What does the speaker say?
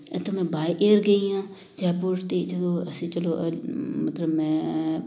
ਇੱਥੋਂ ਮੈਂ by air ਗਈ ਹਾਂ ਜੈਪੁਰ ਦੀ ਜਦੋਂ ਅਸੀਂ ਚਲੋ ਮਤਲਬ ਮੈਂ